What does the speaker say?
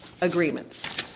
agreements